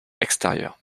extérieur